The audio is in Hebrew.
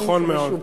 נכון מאוד.